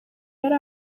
yari